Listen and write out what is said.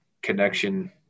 connection